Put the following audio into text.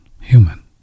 Human